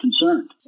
concerned